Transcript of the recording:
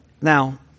Now